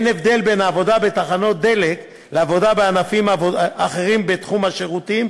ואין הבדל בין עבודה בתחנות דלק לעבודה בענפים אחרים בתחום השירותים,